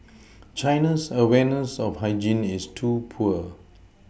China's awareness of hygiene is too poor